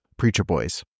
preacherboys